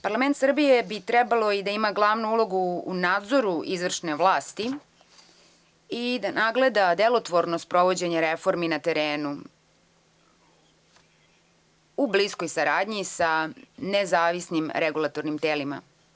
Parlament Srbije bi trebalo da ima glavnu ulogu u nadzoru izvršne vlasti i da nadgleda delotvorno sprovođenje reformi na terenu u bliskoj saradnji sa nezavisnim regulatornim telima.